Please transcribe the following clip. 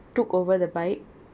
took over the bike